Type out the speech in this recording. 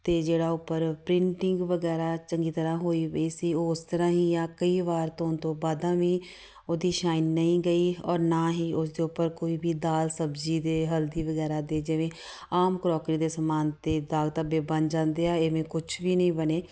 ਅਤੇ ਜਿਹੜਾ ਉੱਪਰ ਪ੍ਰਿੰਟਿੰਗ ਵਗੈਰਾ ਚੰਗੀ ਤਰ੍ਹਾਂ ਹੋਈ ਪਈ ਸੀ ਉਸ ਤਰ੍ਹਾਂ ਹੀ ਆ ਕਈ ਵਾਰ ਧੋਣ ਤੋਂ ਬਾਅਦ ਵੀ ਉਹਦੀ ਸਾਈਨ ਨਹੀਂ ਗਈ ਔਰ ਨਾ ਹੀ ਉਸਦੇ ਉੱਪਰ ਕੋਈ ਵੀ ਦਾਲ ਸਬਜ਼ੀ ਦੇ ਹਲਦੀ ਵਗੈਰਾ ਦੇ ਜਿਵੇਂ ਆਮ ਕਰੋਕਰੀ ਦੇ ਸਮਾਨ 'ਤੇ ਦਾਗ ਧੱਬੇ ਬਣ ਜਾਂਦੇ ਆ ਇਵੇਂ ਕੁਛ ਵੀ ਨਹੀਂ ਬਣੇ